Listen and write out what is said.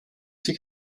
sich